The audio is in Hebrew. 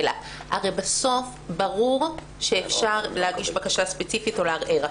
בסוף ברור שאפשר להגיש בקשה ספציפית או לערער.